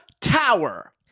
tower